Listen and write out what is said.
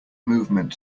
movement